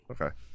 okay